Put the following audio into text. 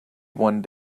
one